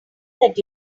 that